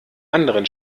anderen